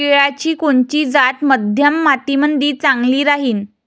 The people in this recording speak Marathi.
केळाची कोनची जात मध्यम मातीमंदी चांगली राहिन?